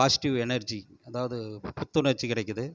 positive energy அதாவது புத்துணர்ச்சி கிடைக்குது